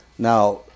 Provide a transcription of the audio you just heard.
Now